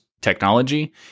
technology